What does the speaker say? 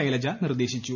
ശൈലജ നിർദ്ദേശിച്ചു